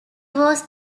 was